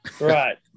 Right